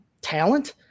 talent